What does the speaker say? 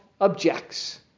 objects